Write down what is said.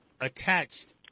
attached